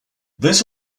this